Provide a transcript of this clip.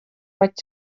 vaig